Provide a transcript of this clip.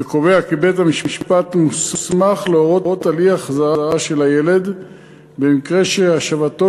וקובע כי בית-המשפט מוסמך להורות על אי-החזרה של הילד במקרה שהשבתו